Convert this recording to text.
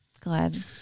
glad